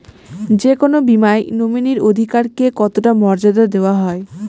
যে কোনো বীমায় নমিনীর অধিকার কে কতটা মর্যাদা দেওয়া হয়?